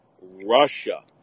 Russia